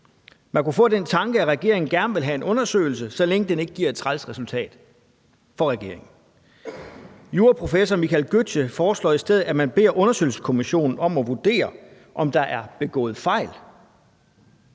Man kunne få den tanke, at regeringen gerne vil have en undersøgelse, så længe den ikke giver et træls resultat for regeringen. Juraprofessor Michael Gøtze foreslår i stedet, at man beder undersøgelseskommissionen om at vurdere, om der er begået fejl.